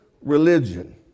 religion